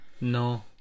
No